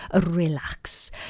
relax